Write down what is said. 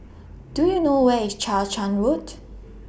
Do YOU know Where IS Chang Charn Road